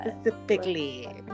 Specifically